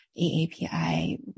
AAPI